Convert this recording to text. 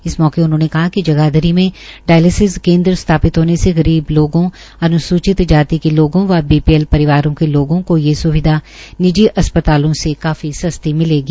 इस मौके उन्होंने कहा कि जगाधरी में डायलसिस केन्द्र स्थापित होने से गरीब लोगो अन्सूचित जाति के लोगों व बीपीएल परिवारों के लोगों को ये सुविधा निजी अस्पतालों से काफी सस्ती मिलेगी